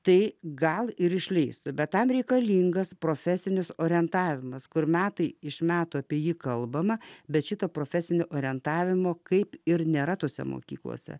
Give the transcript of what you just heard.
tai gal ir išlįstų bet tam reikalingas profesinis orientavimas kur metai iš metų apie jį kalbama bet šito profesinio orientavimo kaip ir nėra tose mokyklose